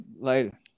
Later